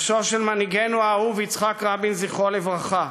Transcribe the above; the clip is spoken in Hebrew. נפשו של מנהיגנו האהוב יצחק רבין, זכרו לברכה,